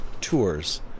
Tours